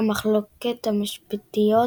המחלוקת המשפטיות